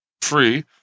free